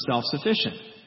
self-sufficient